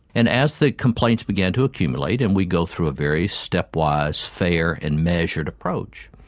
and as the complaints began to accumulate and we go through a very stepwise fair and measured approach,